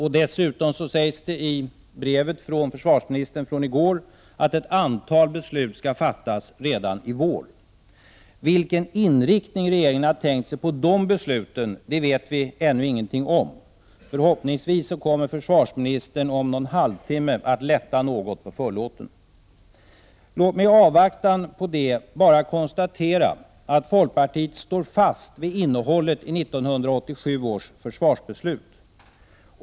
Dessutom sägs i brevet från försvarsministern från i går att ett antal beslut skall fattas redan i vår. Vilken inriktning regeringen tänkt sig på dessa beslut vet vi ännu ingenting om. Förhoppningsvis kommer försvarsministern om någon halvtimme att lätta något på förlåten. Låt mig i avvaktan på det endast konstatera att folkpartiet står fast vid innehållet i 1987 års försvarsbeslut.